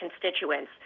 constituents